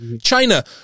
China